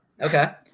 Okay